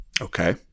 Okay